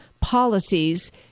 policies